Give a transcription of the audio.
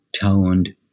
toned